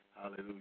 Hallelujah